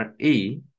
RE